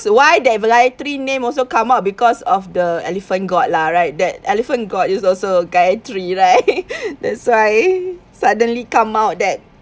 why that gaithry name also come up because of the elephant god lah right that elephant god is also gaithry right that's why suddenly come out that